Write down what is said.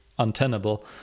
untenable